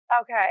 Okay